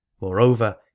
Moreover